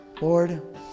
Lord